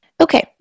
Okay